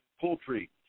poultry